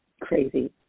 crazy